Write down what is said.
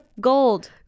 gold